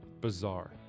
Bizarre